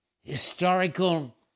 historical